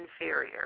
inferior